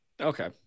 okay